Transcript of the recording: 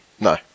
No